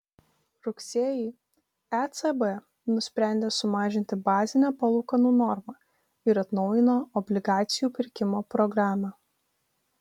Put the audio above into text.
rugsėjį ecb nusprendė sumažinti bazinę palūkanų normą ir atnaujino obligacijų pirkimo programą